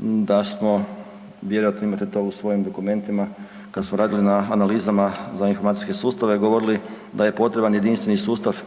da smo, vjerojatno imate to u svojim dokumentima kad smo radili na analizama za informacijske sustave govorili da je potreban jedinstveni sustav,